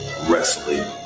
wrestling